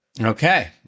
Okay